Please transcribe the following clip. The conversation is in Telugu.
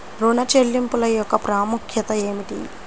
ఋణ చెల్లింపుల యొక్క ప్రాముఖ్యత ఏమిటీ?